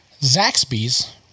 Zaxby's